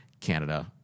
Canada